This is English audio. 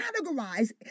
categorize